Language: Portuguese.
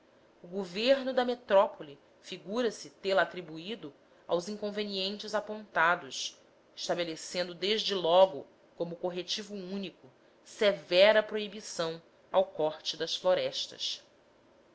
o governo da metrópole figura se tê-la atribuído aos inconvenientes apontados estabelecendo desde logo como corretivo único severa proibição ao corte das florestas